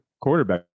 quarterback